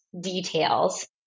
details